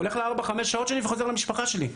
הולך ל-5-4 שעות שלי וחוזר למשפחה שלי,